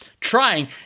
trying